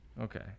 Okay